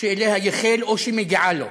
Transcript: שאליה ייחל או שמגיעה לו.